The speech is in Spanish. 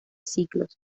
ciclos